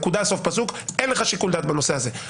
נקודה, סוף פסוק אין לך שיקול דעת בנושא הזה.